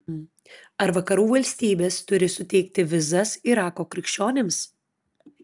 ar vakarų valstybės turi suteikti vizas irako krikščionims